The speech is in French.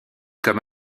comme